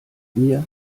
mir